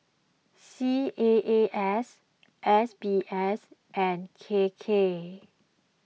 C A A S S B S and K K